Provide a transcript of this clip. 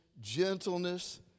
gentleness